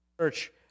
church